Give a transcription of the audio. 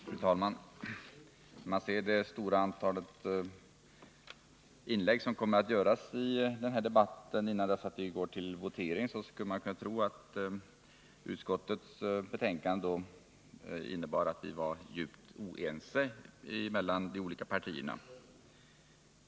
Fru talman! När man ser det stora antal inlägg som kommer att göras i den här debatten innan vi går till votering skulle man tro att utskottets betänkande innebar att de olika partierna var djupt oense.